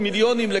אבל החבילה